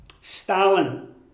Stalin